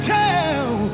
tell